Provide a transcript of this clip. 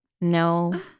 No